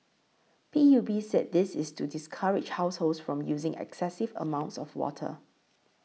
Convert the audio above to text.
P U B said this is to discourage households from using excessive amounts of water